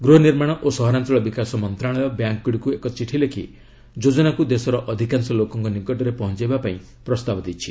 ଗୃହ ନିର୍ମାଣ ଓ ସହରାଞ୍ଚଳ ବିକାଶ ମନ୍ତ୍ରଣାଳୟ ବ୍ୟାଙ୍କଗୁଡ଼ିକୁ ଏକ ଚିଠି ଲେଖି ଯୋଜନାକୁ ଦେଶର ଅଧିକାଶ ଲୋକଙ୍କ ନିକଟରେ ପହଞ୍ଚାଇବା ଲାଗି ପ୍ରସ୍ତାବ ଦେଇଛି